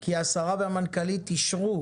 כי השרה והמנכ"לית אישרו